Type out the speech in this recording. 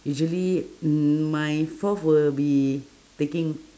usually my fourth will be taking